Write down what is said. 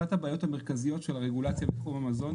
אחת הבעיות המרכזיות של הרגולציה בתחום המזון